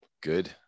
Good